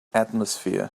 atmosphere